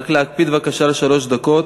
רק להקפיד בבקשה על שלוש דקות.